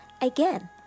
again